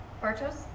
Bartos